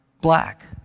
black